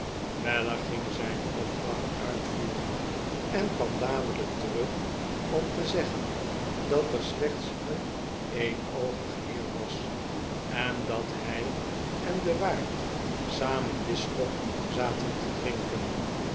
weller ging zijn opdracht uitvoeren en kwarn dadelijk terug om te zeggen dat er slechts een eenoogig heer was en dat hij en de waard samen bisschop zaten te drinken